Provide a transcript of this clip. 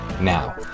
now